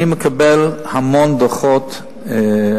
אני מקבל המון דוחות,